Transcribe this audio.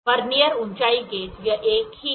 vernier ऊंचाई gauge यह एक ही है